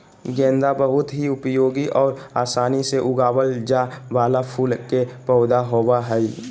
गेंदा बहुत ही उपयोगी और आसानी से उगावल जाय वाला फूल के पौधा होबो हइ